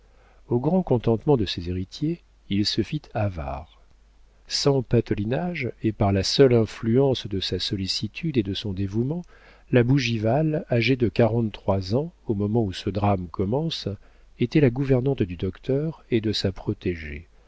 au grand contentement de ses héritiers il se fit avare sans patelinage et par la seule influence de sa sollicitude et de son dévouement la bougival âgée de quarante-trois ans au moment où ce drame commence était la gouvernante du docteur et de sa protégée